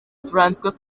françois